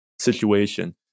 situation